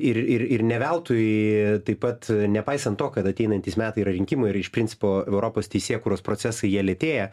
ir ir ir ne veltui taip pat nepaisant to kad ateinantys metai yra rinkimų ir iš principo europos teisėkūros procesai jie lėtėja